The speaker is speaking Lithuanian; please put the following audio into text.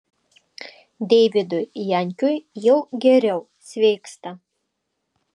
deividui jankiui jau geriau sveiksta